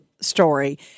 story